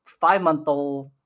five-month-old